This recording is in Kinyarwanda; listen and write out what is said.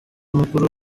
mukuru